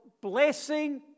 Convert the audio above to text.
blessing